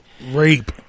rape